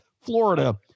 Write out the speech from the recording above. florida